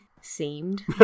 Seemed